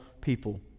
people